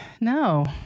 No